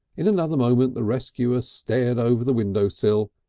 in another moment the rescuer stared over the windowsill,